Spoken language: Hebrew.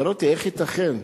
אמרתי: איך ייתכן?